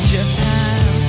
Japan